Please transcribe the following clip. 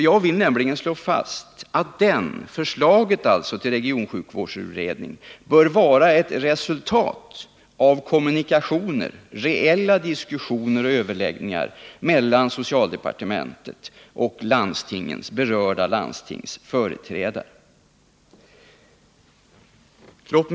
Jag vill alltså slå fast att förslaget till regionsjukvårdsutredningen bör vara ett resultat av kommunikationer, reella diskussioner och överläggningar, mellan socialdepartementet och berörda landstings företrädare.